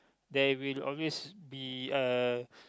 there will always be a